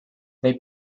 they